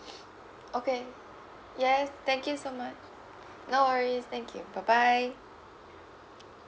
okay yes thank you so much no worries thank you bye bye